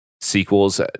sequels